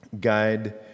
guide